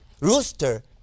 rooster